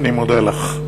אני מודה לך.